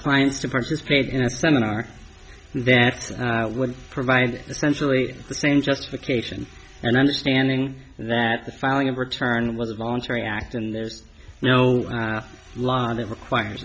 clients to participate in a seminar that would provide essentially the same justification and understanding that the filing of return was a voluntary act and there's no law that requires